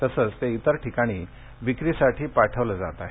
तसंच ते इतर ठिकाणी विक्रीसाठी पाठविलं जात आहे